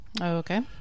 Okay